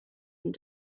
and